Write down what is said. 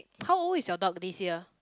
how old is your dog this year